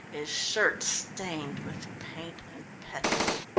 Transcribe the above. his shirt stained with paint and petrol.